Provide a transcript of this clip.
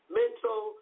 mental